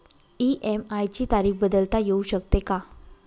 EMI ची तारीख बदलता येऊ शकते का?